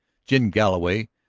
jim galloway,